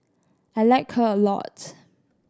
I like her a lots